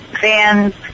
fans